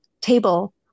table